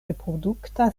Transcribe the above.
reprodukta